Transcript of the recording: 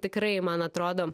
tikrai man atrodo